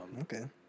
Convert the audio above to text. okay